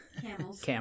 camels